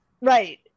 Right